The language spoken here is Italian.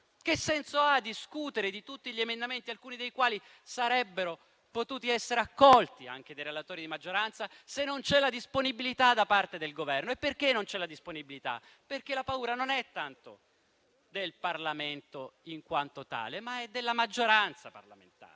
Che senso ha discutere di tutti gli emendamenti, alcuni dei quali avrebbero potuto essere accolti anche dai relatori di maggioranza, se non c'è la disponibilità da parte del Governo? E questa disponibilità non c'è perché la paura non è tanto del Parlamento in quanto tale, ma è della maggioranza parlamentare